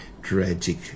tragic